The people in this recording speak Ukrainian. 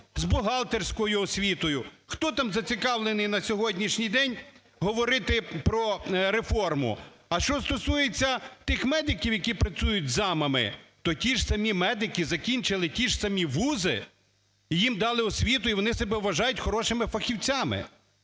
з бухгалтерською освітою. Хто там зацікавлений на сьогоднішній день говорити про реформу? А що стосується тих медиків, які працюють замами, то ті ж самі медики закінчили ті ж самі вузи і їм дали освіту, і вони себе вважають хорошими фахівцями.